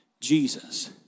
Jesus